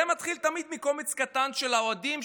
זה מתחיל תמיד מקומץ קטן של אוהדים,